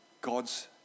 God's